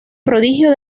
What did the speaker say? prodigio